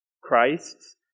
Christ's